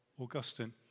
Augustine